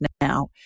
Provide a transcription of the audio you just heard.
now